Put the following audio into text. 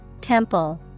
Temple